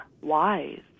wise